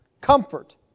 comfort